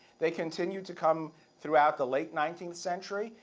they continued to come throughout the late nineteenth century,